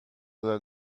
than